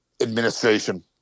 administration